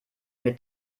mit